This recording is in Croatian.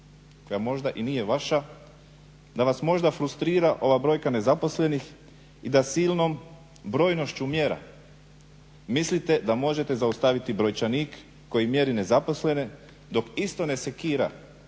koja možda i nije vaša? Da vas možda frustrira ova brojka nezaposlenosti i da silnom brojnošću mjera mislite da možete zaustaviti brojčanik koji mjeri nezaposlene dok isto ne sekira